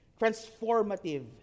transformative